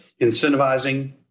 incentivizing